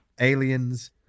aliens